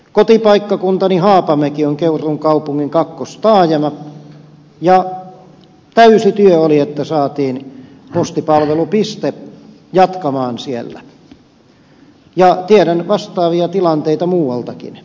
kotipaikkakuntani haapamäki on keuruun kaupungin kakkostaajama ja täysi työ oli että saatiin postipalvelupiste jatkamaan siellä ja tiedän vastaavia tilanteita muualtakin